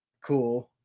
cool